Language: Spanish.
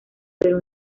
pero